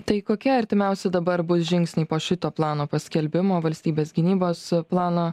tai kokie artimiausi dabar bus žingsniai po šito plano paskelbimo valstybės gynybos plano